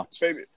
baby